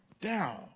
down